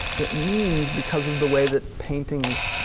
it means because of the way that painting is